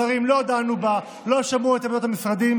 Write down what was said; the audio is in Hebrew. השרים לא דנו בה ולא שמעו את עמדת המשרדים.